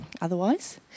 otherwise